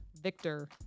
Victor